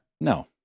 No